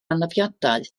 anafiadau